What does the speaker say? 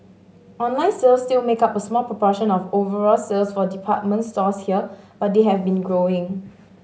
online sales still make up a small proportion of overall sales for department stores here but they have been growing